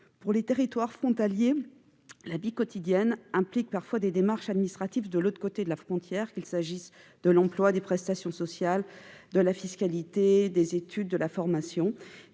dans les territoires frontaliers implique parfois des démarches administratives de l'autre côté de la frontière, qu'il s'agisse d'emploi, de prestations sociales, de fiscalité, d'études ou de formation.